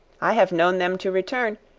i have known them to return,